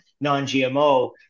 non-GMO